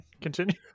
Continue